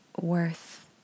worth